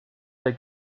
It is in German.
der